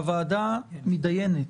הוועדה מתדיינת.